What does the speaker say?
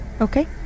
Okay